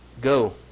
Go